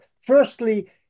Firstly